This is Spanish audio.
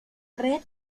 red